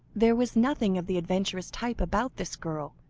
there was nothing of the adventuress type about this girl,